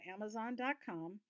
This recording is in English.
Amazon.com